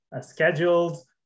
scheduled